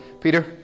Peter